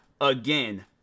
again